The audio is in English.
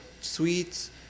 Sweets